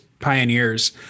pioneers